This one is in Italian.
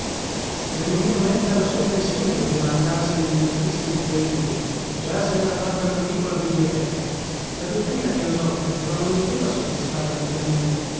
meno mezza la sua pensione doveva andarsene nellacquisto di quei libri già se nera fatta una piccola biblioteca la dottrina teosofica però non doveva soddisfarlo interamente